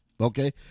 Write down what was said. Okay